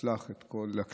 שתצלח את הקשיים,